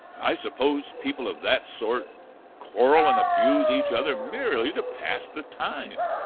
i suppose people of that sort quarrel and abuse each other merely to pass the time.